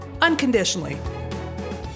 unconditionally